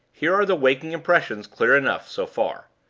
here are the waking impressions clear enough, so far.